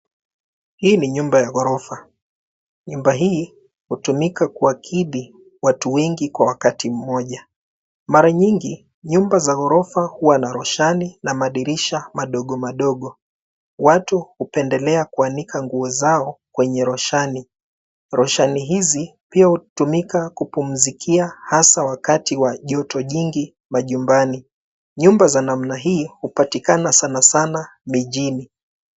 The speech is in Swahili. Hii ni nyumba ya ghorofa, nyumba hii hutumika kuakidi watu wengi kwa wakati mmoja. Mara nyingi nyumba za ghorofa hua na roshani na madirisha madogo madogo. Watu hupendelea kuanika nguo zao kwenye roshani, roshani hizi pia hutumika kupumzikia hasa wakati wa joto jingi majumbani. Nyumba za namna hii hupatikana sana sana mijini.